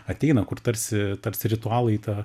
ateina kur tarsi tarsi ritualai tą